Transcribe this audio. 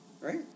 Right